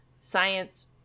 science